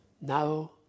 now